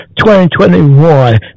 2021